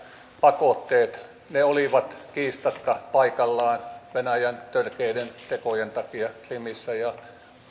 pakotteet ne olivat kiistatta paikallaan venäjän törkeiden tekojen takia krimillä ja